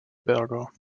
berger